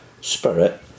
spirit